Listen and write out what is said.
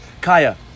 Kaya